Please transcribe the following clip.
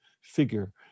figure